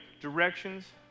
directions